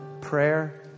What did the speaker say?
prayer